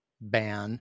ban